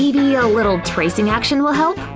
maybe a little tracing action will help.